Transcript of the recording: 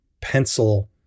pencil